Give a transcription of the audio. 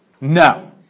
No